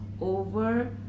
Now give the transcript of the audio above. over